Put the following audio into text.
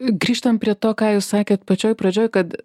grįžtam prie to ką jūs sakėte pačioj pradžioj kad